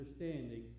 understanding